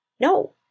No